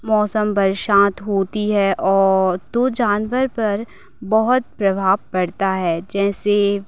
मौसम बरसात होती है और तो जानवर पर बहुत प्रभाव पड़ता है जैसे